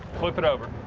flip it over.